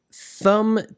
Thumb